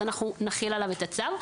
אנחנו נחיל עליו את הצו,